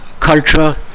culture